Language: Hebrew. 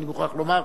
אני מוכרח לומר,